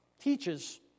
teaches